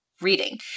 reading